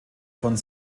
von